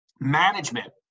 management